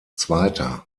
zweiter